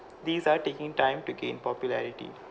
these are taking time to gain popularity